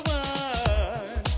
one